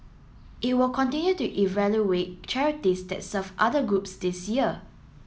it will continue to evaluate charities that serve other groups this year